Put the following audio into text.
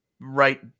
right